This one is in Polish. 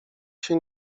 się